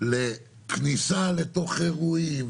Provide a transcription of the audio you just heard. לכניסה לתוך אירועים,